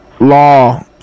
law